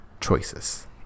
choices